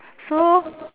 so